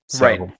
Right